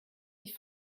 ich